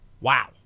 wow